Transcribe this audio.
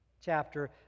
chapter